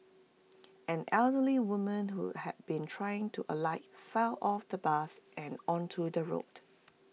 an elderly woman who had been trying to alight fell off the bus and onto the road